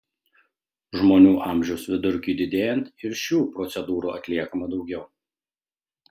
žmonių amžiaus vidurkiui didėjant ir šių procedūrų atliekama daugiau